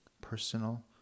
personal